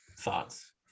Thoughts